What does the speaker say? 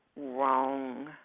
wrong